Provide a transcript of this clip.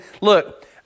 look